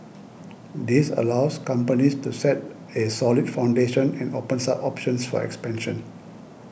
this allows companies to set a solid foundation and opens up options for expansion